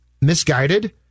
misguided